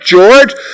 George